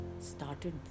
started